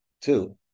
two